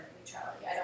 neutrality